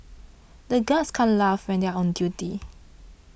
the guards can't laugh when they are on duty